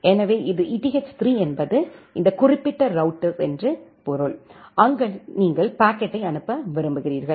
எனவே இது eth3 என்பது இந்த குறிப்பிட்ட ரௌட்டர்ஸ் என்று பொருள் அங்கு நீங்கள் பாக்கெட்டை அனுப்ப விரும்புகிறீர்கள்